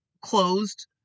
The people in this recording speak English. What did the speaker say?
closed